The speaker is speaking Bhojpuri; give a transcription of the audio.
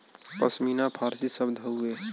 पश्मीना फारसी शब्द हउवे